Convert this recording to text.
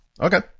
Okay